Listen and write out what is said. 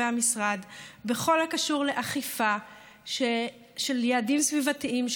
המשרד בכל הקשור לאכיפה של יעדים סביבתיים,